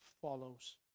follows